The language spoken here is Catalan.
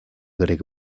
grec